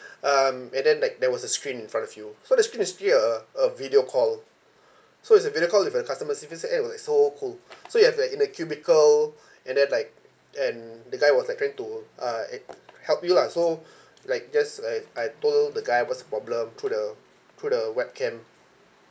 um and then like there was a screen in front of you so the screen is actually a a video call so it's a video call with uh customer service and it was so cool so it have like in a cubicle and then like and the guy was like trying to uh a~ help you lah so like just like I told the guy what's the problem through the through the webcam